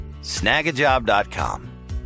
snagajob.com